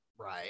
Right